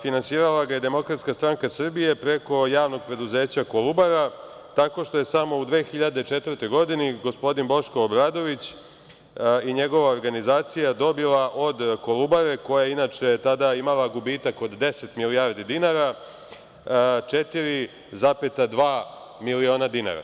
Finansirala ga je DSS preko javnog preduzeća „Kolubara“ tako što je samo u 2004. godini gospodin Boško Obradović i njegova organizacija dobila od „Kolubare“ koja je inače tada imala gubitak od deset milijardi dinara 4,2 miliona dinara.